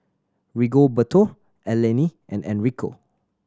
Rigoberto Eleni and Enrico